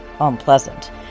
unpleasant